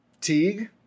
Teague